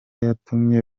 yatumye